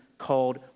called